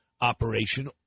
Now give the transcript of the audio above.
operation